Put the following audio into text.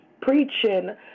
preaching